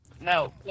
no